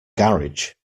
garage